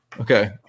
Okay